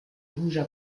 bougea